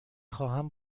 خواهم